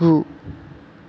गु